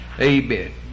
amen